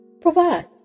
provide